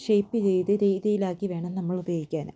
shape ചെയ്ത് രീതിയിലാക്കി വേണം നമ്മളുപയോഗിക്കാന്